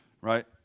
right